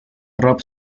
rob